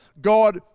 God